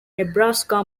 nebraska